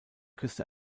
küste